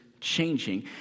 changing